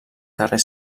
carrer